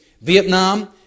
Vietnam